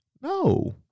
no